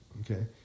Okay